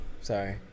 Sorry